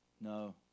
No